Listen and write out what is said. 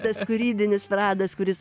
tas kūrybinis pradas kuris